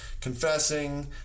confessing